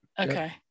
okay